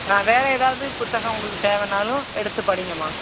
ஆ வேறு எதாவது புத்தகம் உங்களுக்கு தேவைனாலும் எடுத்து படிங்க மா